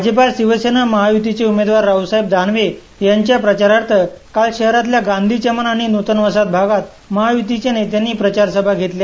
भाजपा शिवसेना महायतीचे उमेदवार रावसाहेब दानवे यांच्या प्रचारार्थ काल शहरातल्या गांथीचमन आणि नुतनवसाहत भागात महायुतीच्या नेत्यांनी प्रचारसभा घेतल्या